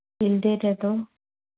ᱨᱮᱫᱚ